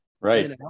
Right